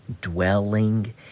dwelling